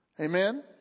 Amen